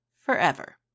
forever